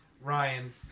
Ryan